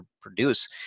produce